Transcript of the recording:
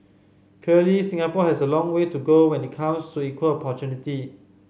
clearly Singapore has a long way to go when it comes to equal opportunity